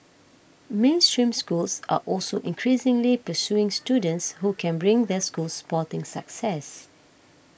mainstream schools are also increasingly pursuing students who can bring their schools sporting success